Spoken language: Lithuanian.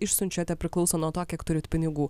išsiunčiate priklauso nuo to kiek turit pinigų